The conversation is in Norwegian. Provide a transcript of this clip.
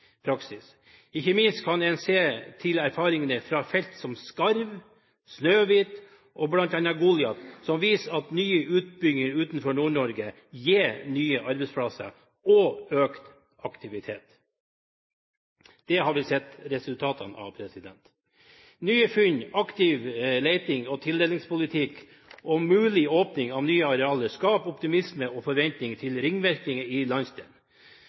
praksis. Ikke minst kan en se til erfaringene fra felt som bl.a. Skarv, Snøhvit og Goliat, som viser at nye utbygginger utenfor Nord-Norge gir nye arbeidsplasser og økt aktivitet. Det har vi sett resultatene av. Nye funn, aktiv leting og tildelingspolitikk og mulig åpning av nye arealer skaper optimisme og forventninger til ringvirkninger i landsdelen.